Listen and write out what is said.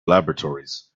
laboratories